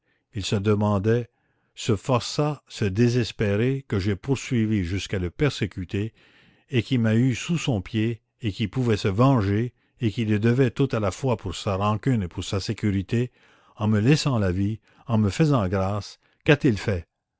il se demandait ce forçat ce désespéré que j'ai poursuivi jusqu'à le persécuter et qui m'a eu sous son pied et qui pouvait se venger et qui le devait tout à la fois pour sa rancune et pour sa sécurité en me laissant la vie en me faisant grâce qu'a-t-il fait